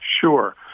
Sure